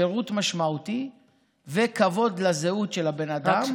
שירות משמעותי וכבוד לזהות של הבן אדם,